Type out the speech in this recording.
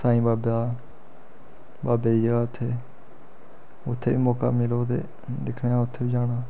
साईं बाबा बाबे दी जगह् उत्थें उत्थें बी मौका मिलग ते दिक्खने आं उत्थै बी जाना